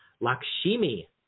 Lakshmi